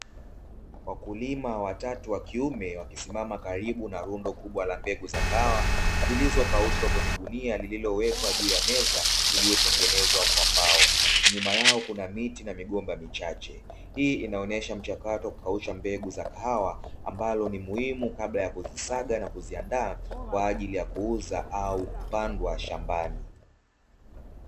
Wakulima watatu wa kiume wakisimama karibu na rundo kubwa la mbegu za kahawa zilizokaushwa kwenye gunia lililowekwa juu ya meza iliyotengenezwa kwa mbao nyuma yao kuna miti na migomba michache, hii inaonesha mchakato wa kukausha mbegu za kahawa ambayo ni muhimu kabla ya kuzisaga na kuziandaa kwa ajili ya kuuzwa au kupandwa shambani.